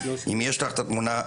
אם יש לך את התמונה,